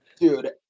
Dude